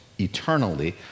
eternally